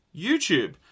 YouTube